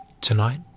Tonight